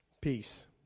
peace